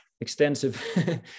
extensive